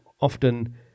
often